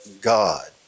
God